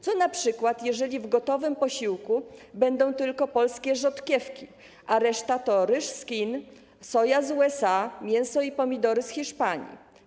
Co np. jeżeli w gotowym posiłku będą tylko polskie rzodkiewki, a reszta to ryż z Chin, soja z USA, mięso i pomidory z Hiszpanii?